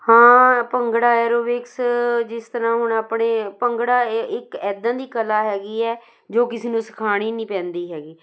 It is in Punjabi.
ਹਾਂ ਭੰਗੜਾ ਐਰੋਬਿਕਸ ਜਿਸ ਤਰ੍ਹਾਂ ਹੁਣ ਆਪਣੇ ਭੰਗੜਾ ਇ ਇੱਕ ਇੱਦਾਂ ਦੀ ਕਲਾ ਹੈਗੀ ਹੈ ਜੋ ਕਿਸੇ ਨੂੰ ਸਿਖਾਉਣੀ ਨਹੀਂ ਪੈਂਦੀ ਹੈਗੀ